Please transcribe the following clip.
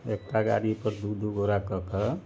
एकटा गाड़ीपर दू दू गोरा कऽ कऽ